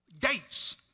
gates